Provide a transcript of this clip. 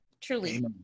Truly